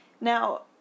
now